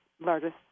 largest